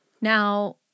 Now